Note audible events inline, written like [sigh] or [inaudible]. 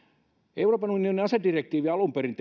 euroopan unionin asedirektiivi tehtiin alun perin [unintelligible]